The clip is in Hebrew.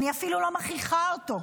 אני אפילו לא מכריחה אותו.